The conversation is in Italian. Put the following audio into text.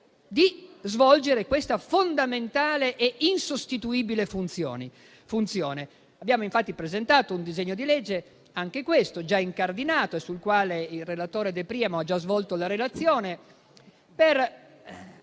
di svolgere questa fondamentale e insostituibile funzione. Abbiamo infatti presentato un disegno di legge, anche questo già incardinato e sul quale il relatore De Priamo ha già svolto la relazione, per